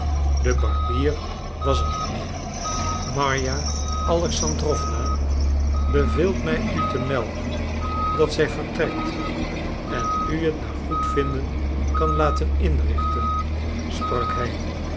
de barbier was er niet meer darja alexdrowna beveelt mij u te melden dat zij vertrekt en u het naar goedvinden kan laten inrichten sprak hij